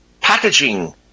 packaging